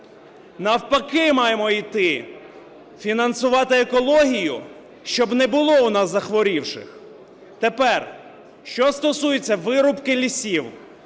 Навпаки маємо йти: фінансувати екологію, щоб не було у нас захворілих. Тепер що стосується вирубки лісів.